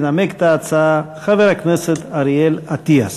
ינמק את ההצעה חבר הכנסת אריאל אטיאס.